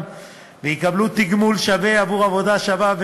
ויקבלו תגמול שווה עבור עבודה שווה,